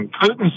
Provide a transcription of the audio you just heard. Putin